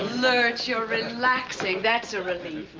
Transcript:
lurch, you're relaxing. that's a relief.